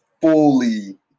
fully